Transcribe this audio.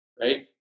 right